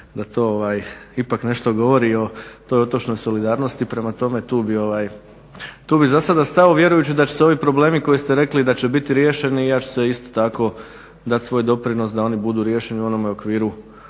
da to ipak nešto govori o toj otočnoj solidarnosti prema tome tu bih zasada stao vjerujući da će se ovi problemi koji ste rekli da će biti riješeni ja ću se isto tako dat svoj doprinos da oni budu riješeni u onome okviru